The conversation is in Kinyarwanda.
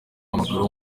w’amaguru